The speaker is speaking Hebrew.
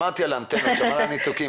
שמעתי על האנטנות, שמעתי על הניתוקים